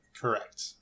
Correct